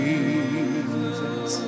Jesus